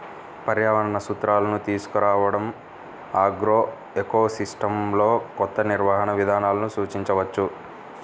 పర్యావరణ సూత్రాలను తీసుకురావడంఆగ్రోఎకోసిస్టమ్లోకొత్త నిర్వహణ విధానాలను సూచించవచ్చు